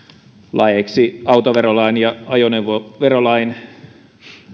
laeiksi autoverolain ja ajoneuvoverolain